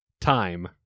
Time